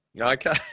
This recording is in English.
Okay